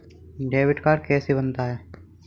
Debit card कैसे बनता है?